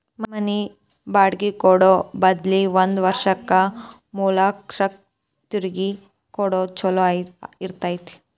ಮನಿ ಬಾಡ್ಗಿ ಕೊಡೊ ಬದ್ಲಿ ಒಂದ್ ವರ್ಷಕ್ಕ ಮೂರ್ಲಕ್ಷಕ್ಕ ಗುತ್ತಿಗಿ ಕೊಡೊದ್ ಛೊಲೊ ಇರ್ತೆತಿ